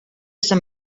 sant